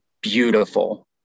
beautiful